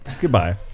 Goodbye